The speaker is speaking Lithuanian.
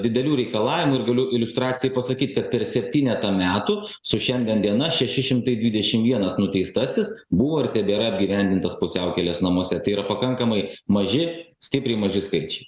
didelių reikalavimų ir galiu iliustracijai pasakyti kad per septynetą metų su šiandien diena šeši šimtai dvidešim vienas nuteistasis buvo ir tebėra apgyvendintas pusiaukelės namuose tai yra pakankamai maži stipriai maži skaičiai